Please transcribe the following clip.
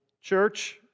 church